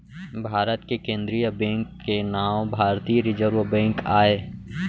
भारत के केंद्रीय बेंक के नांव भारतीय रिजर्व बेंक आय